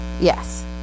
yes